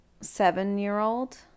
Seven-year-old